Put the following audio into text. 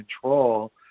control